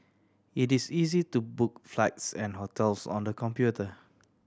it is easy to book flights and hotels on the computer